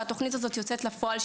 שהתוכנית הזאת יוצאת לפועל,